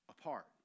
apart